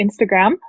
Instagram